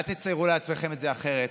אל תציירו לעצמכם את זה אחרת.